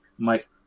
Mike